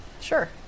sure